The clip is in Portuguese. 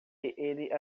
ele